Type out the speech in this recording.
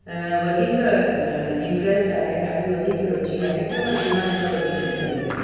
वधीक इंट्रेस्ट आहे ॾाढी वधीक रुचि आहे त जेमहिल तेमहिल वञी करे कंदी आहियां